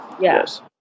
Yes